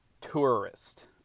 Tourist